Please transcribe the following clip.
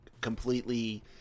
completely